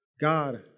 God